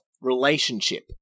relationship